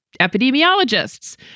epidemiologists